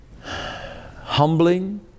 Humbling